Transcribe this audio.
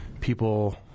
people